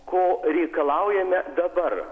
ko reikalaujame dabar